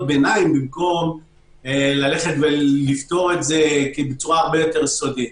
ביניים במקום לפתור את זה בצורה הרבה יותר יסודית.